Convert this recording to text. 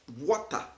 water